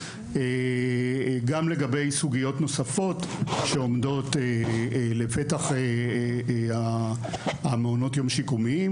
גם לגבי סוגיות נוספות שעומדות לפתח מעונות היום השיקומיים.